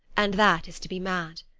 and that is to be mad.